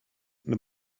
the